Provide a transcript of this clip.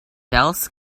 else